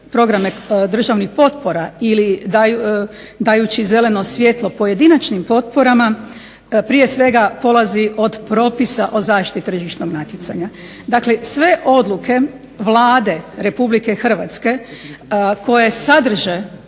programe državnih potpora ili dajući zeleno svjetlo pojedinačnim potporama prije svega polazi od propisa o zaštiti tržišnog natjecanja. Dakle, sve odluke Vlade Republike Hrvatske koje sadrže